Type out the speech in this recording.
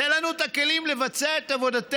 תנו לנו את הכלים לבצע את עבודתנו.